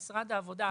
ממשרד העבודה,